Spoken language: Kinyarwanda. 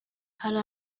hari